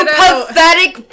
pathetic